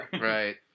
Right